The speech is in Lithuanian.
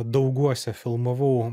dauguose filmavau